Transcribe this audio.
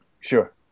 Sure